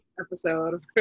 episode